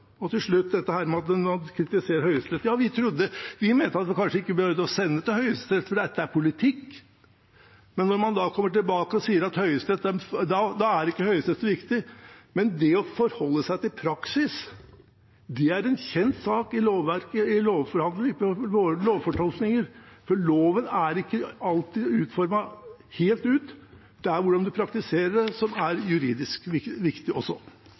Til slutt dette med at man kritiserer Høyesterett: Ja, vi mente at vi kanskje ikke behøvde å sende dette til Høyesterett, for dette er politikk. Så kommer man da tilbake og sier at da er ikke Høyesterett så viktig. Men det å forholde seg til praksis er en kjent sak i lovfortolkninger, for loven er ikke alltid fullt ut utformet. Også hvordan man praktiserer det, er juridisk viktig.